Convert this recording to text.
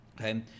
Okay